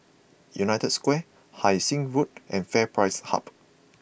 United Square Hai Sing Road and FairPrice Hub